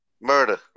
Murder